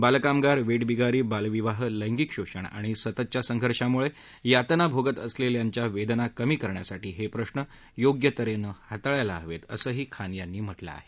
बालकामगार वेठबिगारी बालविवाह लैंगिक शोषण आणि सततच्या संघर्षामुळे यातना भोगत असलेल्यांच्या वेदना कमी करण्यासाठी हे प्रश्न योग्य तऱ्हेनं हाताळायला हवे आहेत असंही खान यांनी म्हटलं आहे